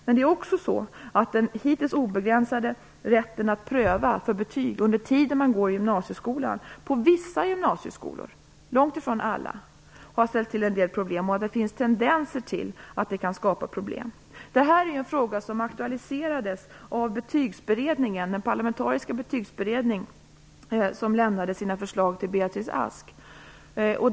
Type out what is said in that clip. Men det är också så att den hittills obegränsade rätten att pröva för betyg under tiden man går i gymnasieskolan på vissa gymnasieskolor - långtifrån alla - har ställt till en del problem och att det finns tendenser till att det kan skapa problem. Det här är en fråga som aktualiserades av den parlamentariska betygsberedning som lämnade sina förslag till Beatrice Ask.